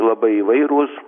labai įvairūs